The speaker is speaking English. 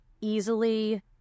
easily